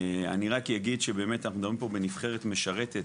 אני רק אגיד שאנחנו מדברים על נבחרת משרתת,